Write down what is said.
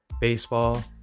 baseball